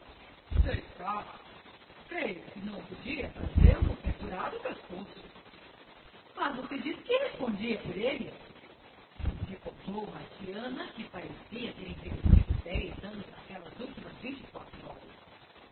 sei cá creio que não podia trazê-lo pendurado ao pescoço mas você disse que respondia por ele repontou marciana que parecia ter envelhecido dez anos naquelas últimas vinte e quatro horas